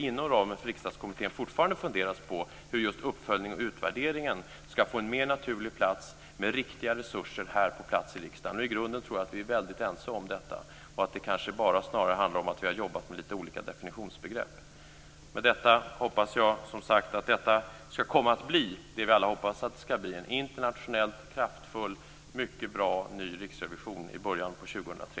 Inom ramen för Riksdagskommittén funderar man fortfarande på hur just uppföljningen och utvärderingen ska få en mer naturlig plats, med riktiga resurser här i riksdagen. I grunden tror jag att vi är ense om detta och att det kanske snarare bara handlar om att vi har jobbat med lite olika definitionsbegrepp. Därmed hoppas jag, som sagt, att detta ska komma att bli det vi alla hoppas att det ska bli, dvs. en internationellt kraftfull och mycket bra ny riksrevision i början på 2003.